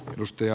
on mustia